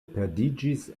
perdiĝis